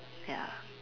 ya